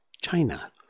China